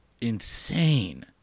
insane